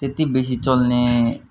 त्यति बेसी चल्ने